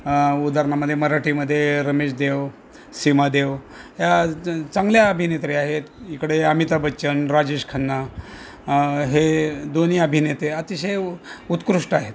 उदाहरणामध्ये मराठीमध्ये रमेश देव सीमा देव या चांगल्या अभिनेत्री आहेत इकडे अमिताभ बच्चन राजेश खन्ना हे दोन्ही अभिनेते अतिशय उ उत्कृष्ट आहेत